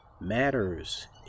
matters